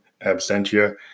absentia